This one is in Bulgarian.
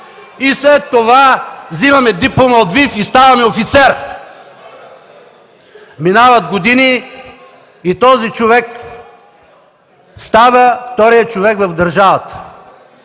И след това взема диплома от ВИФ, и става офицер. Минават години и този човек става вторият човек в държавата.